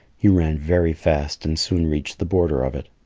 he ran very fast and soon reached the border of it.